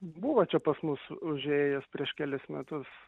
buvo čia pas mus užėjęs prieš kelis metus